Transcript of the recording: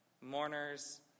mourners